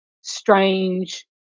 strange